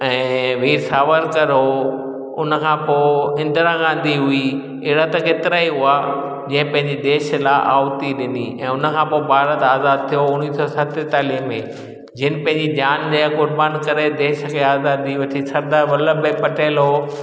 ऐं वीरसावरकर हुओ उन खां पोइ इंदिरा गांधी हुई अहिड़ा त केतिरा ई हुआ जे पंहिंजे देश लाइ आहुती ॾिनी ऐं उन खां पोइ भारत आज़ाद थियो उणिवीह सौ सतेतालीह में जिन पंहिंजी जानि जा क़ुर्बान करे देश खे आज़ादी वठी सरदार बल्लभ भाई पटेल हुओ